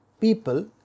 people